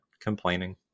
complaining